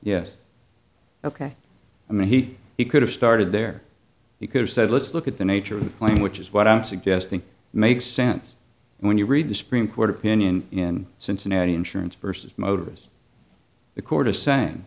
yes ok i mean he he could have started there he could have said let's look at the nature of the claim which is what i'm suggesting makes sense when you read the supreme court opinion in cincinnati insurance versus motors the court is saying